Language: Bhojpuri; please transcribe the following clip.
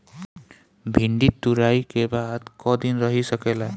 भिन्डी तुड़ायी के बाद क दिन रही सकेला?